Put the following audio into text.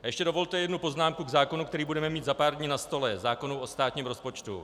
A ještě dovolte jednu poznámku k zákonu, který budeme mít za pár dní na stole, zákonu o státním rozpočtu.